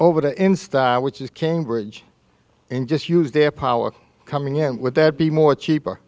over to in style which is cambridge and just used their power coming in would that be more cheaper